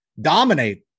dominate